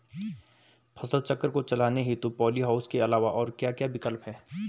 फसल चक्र को चलाने हेतु पॉली हाउस के अलावा और क्या क्या विकल्प हैं?